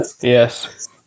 Yes